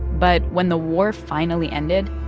but when the war finally ended.